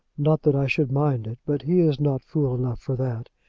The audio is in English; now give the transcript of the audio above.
not that i should mind it but he is not fool enough for that.